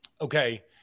okay